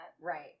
Right